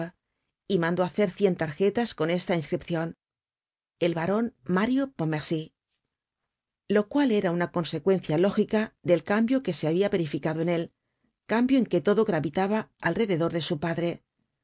y mandó hacer cien tarjetas con esta inscripcion el baron mario pontmercy lo cual era una consecuencia lógica del cambio que se habia verificado en él cambio en que todo gravitaba alrededor de su padre